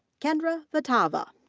kendra votava.